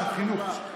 חברת כנסת מחבקת,